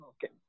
Okay